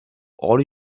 all